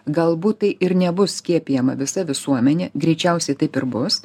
galbūt tai ir nebus skiepijama visa visuomenė greičiausiai taip ir bus